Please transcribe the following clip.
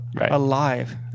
Alive